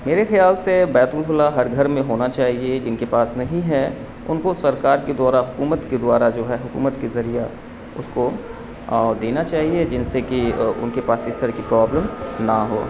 میرے خیال سے بیت الخلاء ہر گھر میں ہونا چاہیے جن کے پاس نہیں ہے ان کو سرکار کے دوارا حکومت کے دوارا جو ہے حکومت کے ذریعہ اس کو دینا چاہیے جن سے کہ ان کے پاس اس طرح کی پرابلم نہ ہو